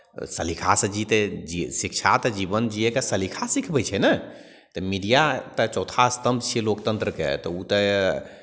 सलीकासँ जीतै जि शिक्षा तऽ जीवन जियैके सलीका सिखबै छै ने तऽ मीडिया तऽ चौथा स्तम्भ छियै लोकतन्त्रके तऽ ओ तऽ